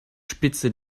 spitze